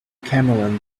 camel